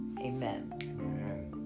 Amen